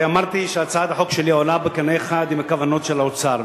הרי אמרתי שהצעת החוק שלי עולה בקנה אחד עם הכוונות של האוצר,